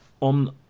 on